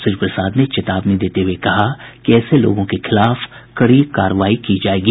श्री प्रसाद ने चेतावनी देते हुए कहा कि ऐसे लोगों के खिलाफ कड़ी कार्रवाई की जाएगी